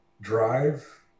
drive